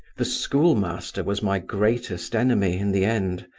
the schoolmaster was my greatest enemy in the end!